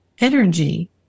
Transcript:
energy